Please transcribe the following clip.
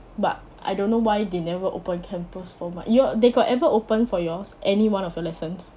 but I don't know why they never open campus for my your they got ever open for yours any one of your lessons